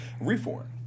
reform